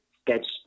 sketch